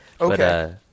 Okay